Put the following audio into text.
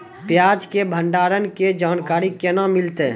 प्याज के भंडारण के जानकारी केना मिलतै?